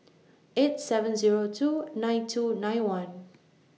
eight seven Zero two nine two nine one